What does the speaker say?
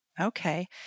Okay